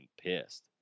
pissed